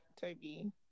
Toby